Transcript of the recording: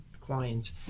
clients